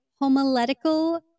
Homiletical